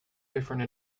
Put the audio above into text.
different